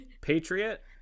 Patriot